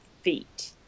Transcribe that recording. feet